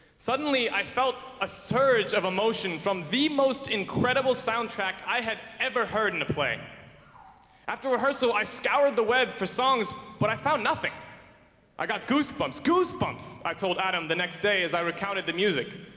suddenly, i felt a surge of emotion from the most incredible soundtrack. i had ever heard in and a play after rehearsal i scoured the web for songs, but i found nothing i got goosebumps goosebumps i told adam the next day as i recounted the music,